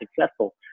successful